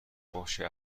باشه